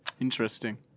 interesting